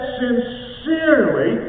sincerely